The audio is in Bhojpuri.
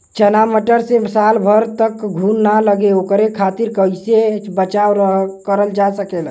चना मटर मे साल भर तक घून ना लगे ओकरे खातीर कइसे बचाव करल जा सकेला?